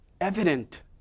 evident